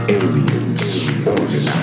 aliens